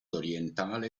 orientale